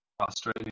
australian